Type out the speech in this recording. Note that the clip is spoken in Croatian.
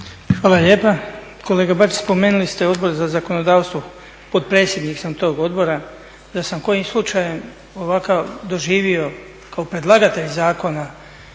Hvala lijepa. Kolega Bačić, spomenuli ste Odbora za zakonodavstvo, potpredsjednik sam tog odbora, da sam kojim slučajem ovakav doživio kao predlagatelj zakona